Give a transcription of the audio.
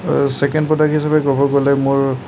second product হিচাপে ক'ব গ'লে মোৰ